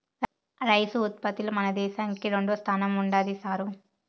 rice ఉత్పత్తిలో మన దేశంకి రెండోస్థానం ఉండాది సారూ